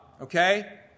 Okay